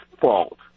fault